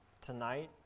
tonight